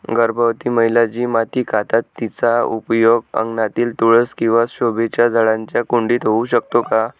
गर्भवती महिला जी माती खातात तिचा उपयोग अंगणातील तुळस किंवा शोभेच्या झाडांच्या कुंडीत होऊ शकतो का?